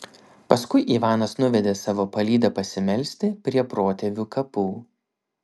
paskui ivanas nuvedė savo palydą pasimelsti prie protėvių kapų